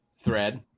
thread